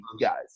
guys